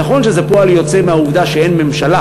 אז נכון שזה פועל יוצא מהעובדה שאין ממשלה